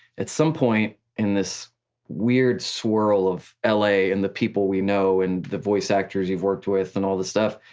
at some point in this weird swirl of la and the people we know and the voice actors you've worked with and all the stuff,